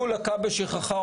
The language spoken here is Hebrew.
הוא לקה בשכחה,